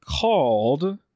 called